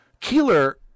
Keeler